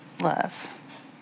love